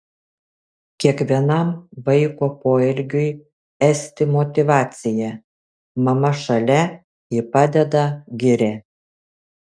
kiekvienam vaiko poelgiui esti motyvacija mama šalia ji padeda giria